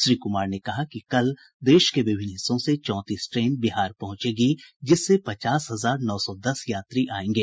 श्री कुमार ने कहा कि कल देश के विभिन्न हिस्सों से चौंतीस ट्रेन बिहार पहुंचेगी जिससे पचास हजार नौ सौ दस यात्री आयेंगे